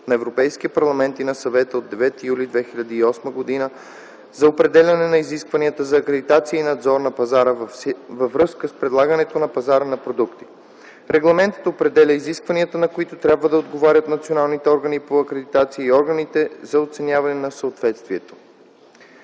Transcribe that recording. на Европейския парламент и на Съвета от 9 юли 2008 г. за определяне на изискванията за акредитация и надзор на пазара във връзка с предлагането на пазара на продукти. Регламентът определя изискванията, на които трябва да отговарят националните органи по акредитация и органите за оценяване на съответствието.